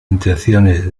intenciones